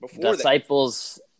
Disciples